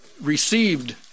received